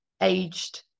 aged